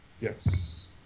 Yes